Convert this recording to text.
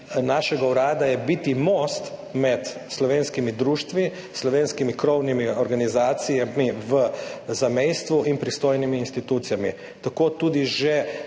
našega urada je biti most med slovenskimi društvi, slovenskimi krovnimi organizacijami v zamejstvu in pristojnimi institucijami. Tako tudi že